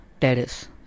terrace